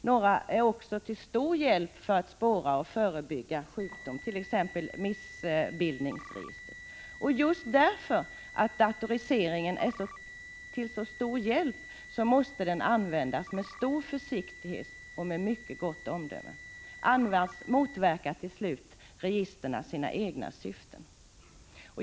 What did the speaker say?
Några är också till stor hjälp för att spåra och förebygga sjukdom, t.ex. missbildningsregister. Just därför att datoriseringen är till så stor hjälp måste den användas med stor försiktighet och med mycket gott omdöme. Annars motverkar till slut registren sina egna syften.